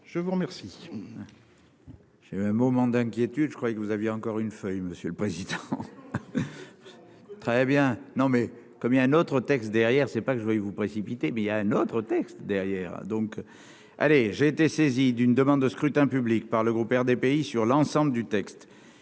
je vous remercie. J'ai eu un moment d'inquiétude, je croyais que vous aviez encore une feuille, monsieur le président, très bien, non, mais comme il y a un autre texte, derrière c'est pas que je voulais vous précipiter mais il y a un autre texte derrière donc. Allez, j'ai été saisi d'une demande de scrutin public par le groupe RDPI sur l'ensemble du texte,